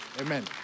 Amen